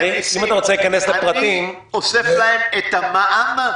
אני אוסף להם את המע"מ,